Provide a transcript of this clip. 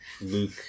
Luke